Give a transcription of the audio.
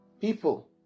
People